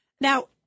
now